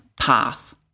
path